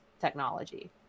technology